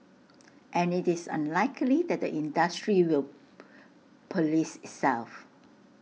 and IT is unlikely that the industry will Police itself